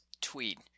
tweet